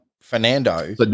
Fernando